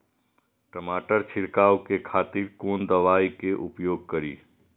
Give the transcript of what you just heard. टमाटर छीरकाउ के खातिर कोन दवाई के उपयोग करी?